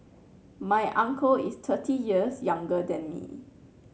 my uncle is thirty years younger than me